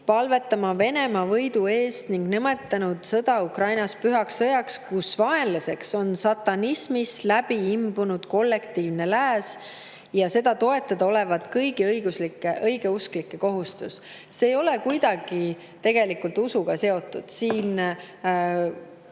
palvetama Venemaa võidu eest ning nimetanud sõda Ukrainas pühaks sõjaks, kus vaenlaseks on satanismist läbi imbunud kollektiivne lääs. Ja seda toetada olevat kõigi õigeusklike kohustus. See ei ole kuidagi usuga seotud,